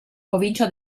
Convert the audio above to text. provincia